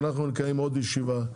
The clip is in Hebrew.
אנחנו נקיים עוד ישיבה,